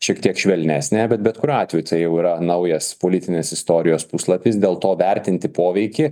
šiek tiek švelnesnė bet bet kuriuo atveju tai jau yra naujas politinės istorijos puslapis dėl to vertinti poveikį